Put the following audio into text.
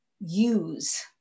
use